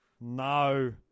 No